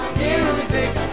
music